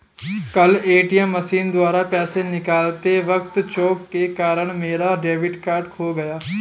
कल ATM machine द्वारा पैसे निकालते वक़्त चूक के कारण मेरा डेबिट कार्ड खो गया